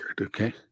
okay